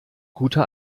guter